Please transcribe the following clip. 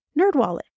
NerdWallet